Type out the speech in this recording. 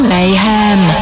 Mayhem